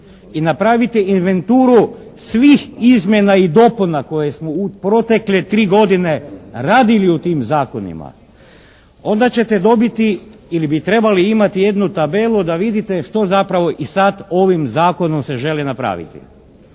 i napravite inventuru svih izmjena i dopuna koje smo u protekle 3 godine radili u tim zakonima onda ćete dobiti ili bi trebali imati jednu tabelu da vidite što zapravo i sad ovim Zakonom se želi napraviti.